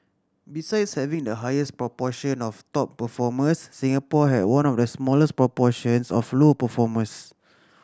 besides having the highest proportion of top performers Singapore had one of the smallest proportions of low performers